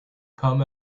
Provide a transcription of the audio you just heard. come